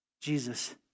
Jesus